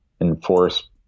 enforce